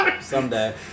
Someday